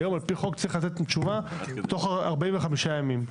היום, על פי חוק, צריך לתת תשובה תוך 45 ימים.